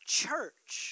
church